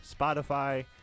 Spotify